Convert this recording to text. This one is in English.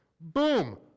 Boom